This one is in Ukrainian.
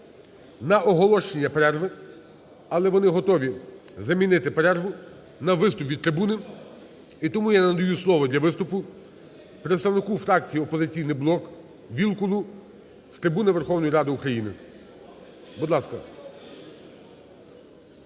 на оголошення перерви, але вони готові замінити перерву на виступ від трибуни. І тому я надаю слово для виступу представнику фракції "Опозиційний блок" Вілкулу з трибуни Верховної Ради України. Будь ласка.